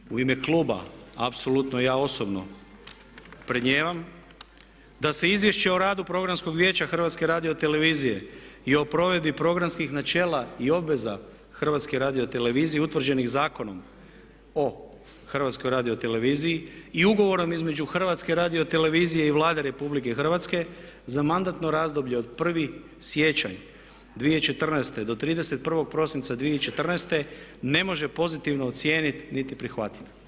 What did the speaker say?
Stoga u ime kluba, apsolutno i ja osobno predmnijevam da se Izvješće o radu Programskog vijeća HRT-a i o provedbi programskih načela i obveza HRT-a utvrđenih Zakonom o HRT-u i ugovorom između HRT-a i Vlade RH za mandatno razdoblje od 1. siječanj 2014. do 31. prosinca 2014. ne može pozitivno ocijeniti niti prihvatiti.